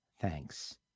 Thanks